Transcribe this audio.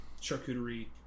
charcuterie